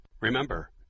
Remember